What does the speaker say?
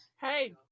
Hey